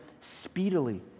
speedily